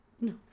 No